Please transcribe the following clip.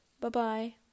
Bye-bye